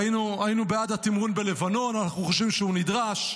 היינו בעד התמרון בלבנון, אנחנו חושבים שהוא נדרש,